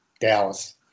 Dallas